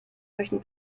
möchten